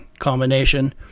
combination